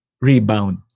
rebound